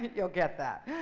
you'll get that.